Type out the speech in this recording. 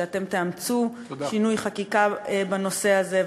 שאתם תאמצו שינוי חקיקה בנושא הזה,